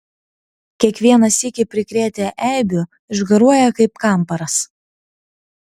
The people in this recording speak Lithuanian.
kiekvieną sykį prikrėtę eibių išgaruoja kaip kamparas